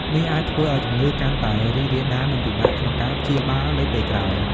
នេះអាចធ្វើឱ្យជំងឺកាន់តែរីករាលដាល និងពិបាកក្នុងការព្យាបាលនៅពេលក្រោយ។